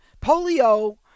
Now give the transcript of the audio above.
polio